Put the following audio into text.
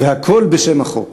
והכול בשם החוק.